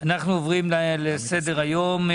אנחנו עוברים לסדר היום: